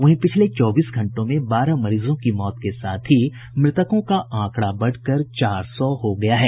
वहीं पिछले चौबीस घंटों में बारह मरीजों की मौत के साथ ही मृतकों का आंकड़ा बढ़कर चार सौ हो गया है